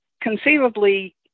conceivably